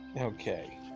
Okay